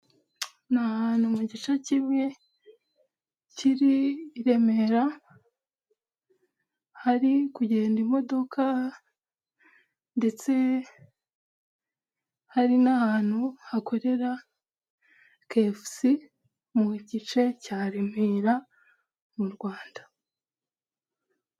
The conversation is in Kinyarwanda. Ni ahantu mu gice kimwe k'iri i Remera hari kugenda imodoka ndetse hari n'ahantu hakorera kefusi mu gice cya Remera mu Rwanda.